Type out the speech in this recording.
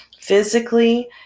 physically